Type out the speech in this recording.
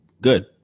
good